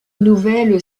nouvelle